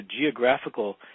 geographical